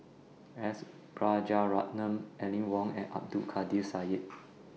S Rajaratnam Aline Wong and Abdul Kadir Syed